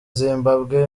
zimbabwe